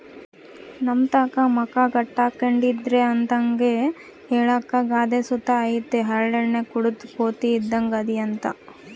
ನಮ್ತಾಕ ಮಕ ಗಂಟಾಕ್ಕೆಂಡಿದ್ರ ಅಂತರ್ಗೆ ಹೇಳಾಕ ಗಾದೆ ಸುತ ಐತೆ ಹರಳೆಣ್ಣೆ ಕುಡುದ್ ಕೋತಿ ಇದ್ದಂಗ್ ಅದಿಯಂತ